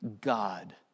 God